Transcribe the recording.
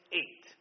eight